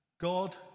God